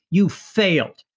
you failed.